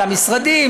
למשרדים,